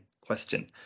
question